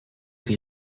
die